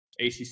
ACC